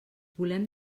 volem